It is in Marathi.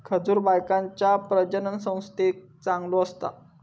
खजूर बायकांच्या प्रजननसंस्थेक चांगलो करता